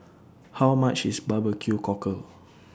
How much IS Barbecue Cockle